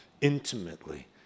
intimately